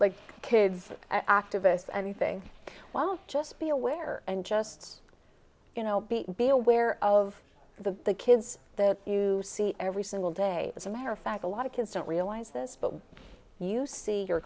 like kids activists anything well just be aware and just you know be aware of the kids that you see every single day as a matter of fact a lot of kids don't realize this but you see